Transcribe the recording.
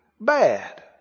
bad